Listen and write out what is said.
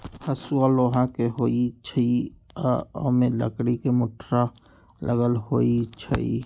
हसुआ लोहा के होई छई आ ओमे लकड़ी के मुठरा लगल होई छई